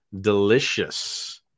delicious